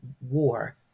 war